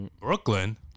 Brooklyn